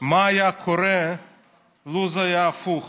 מה היה קורה לו זה היה הפוך